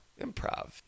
improv